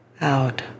out